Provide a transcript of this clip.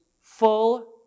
full